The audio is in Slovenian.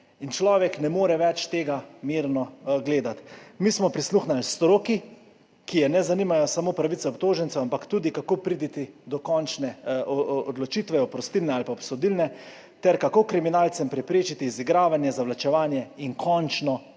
Človek ne more več tega mirno gledati. Mi smo prisluhnili stroki, ki je ne zanimajo samo pravice obtožencev, ampak tudi, kako priti do končne odločitve, oprostilne ali obsodilne, ter kako kriminalcem preprečiti izigravanje, zavlačevanje in končno